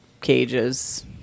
cages